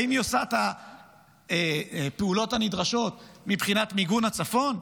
האם היא עושה את הפעולות הנדרשות מבחינת מיגון הצפון?